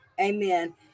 Amen